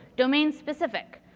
domain specific.